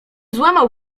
złamał